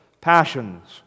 passions